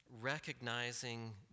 recognizing